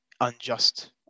unjust